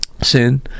sin